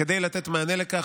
כדי לתת מענה לכך,